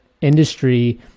industry